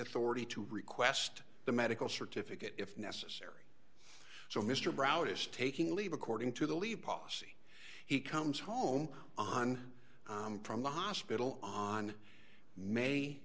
authority to request the medical certificate if necessary so mr brough is taking leave according to the lipase he comes home on from the hospital on may